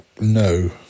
No